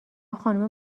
خانوم